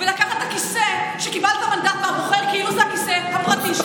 --- ההתפלגות --- זה לא כיסא פרטי של אף אחד.